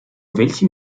welchem